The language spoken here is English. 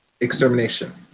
extermination